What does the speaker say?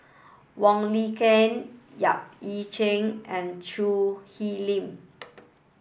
Wong Lin Ken Yap Ee Chian and Choo Hwee Lim